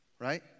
Right